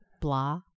Blah